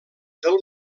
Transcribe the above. del